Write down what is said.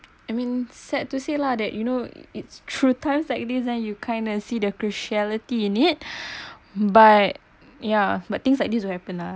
I mean sad to say lah that you know it's through times like this and you kind of see the cruciality in it but ya but things like this do happen lah